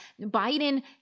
Biden